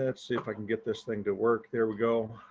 ah see if i can get this thing to work. there we go.